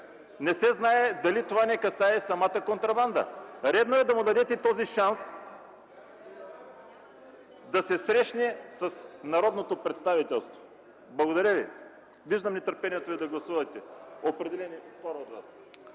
Не се знае дали това не касае самата контрабанда. Редно е да му дадете този шанс – да се срещне с народното представителство. Виждам нетърпението ви да гласувате – на определени хора от вас.